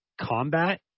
Combat